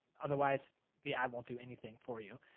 otherwise the ad won't do anything for you.